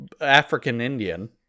African-Indian